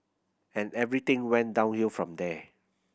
and everything went downhill from there